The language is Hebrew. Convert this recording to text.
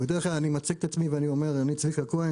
בדרך כלל אני מציג את עצמי ואומר: אני צביקה כהן,